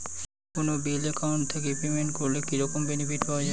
কোনো bill account থাকি payment করলে কি রকম বেনিফিট পাওয়া য়ায়?